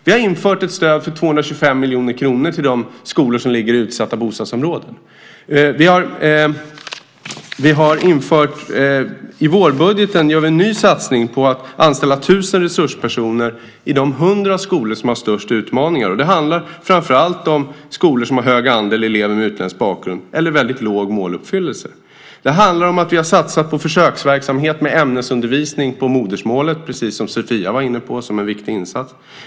Vi har infört ett stöd på 225 miljoner kronor till de skolor som ligger i utsatta bostadsområden. I vårbudgeten gör vi en ny satsning för att anställa 1 000 resurspersoner i de 100 skolor som har störst utmaningar. Det handlar framför allt om skolor som har hög andel elever med utländsk bakgrund eller väldigt låg måluppfyllelse. Det handlar om att vi har satsat på försöksverksamhet med ämnesundervisning på modersmålet, precis som Sofia Larsen var inne på som en viktig insats.